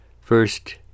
first